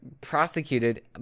prosecuted